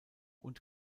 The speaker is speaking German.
und